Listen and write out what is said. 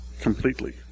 completely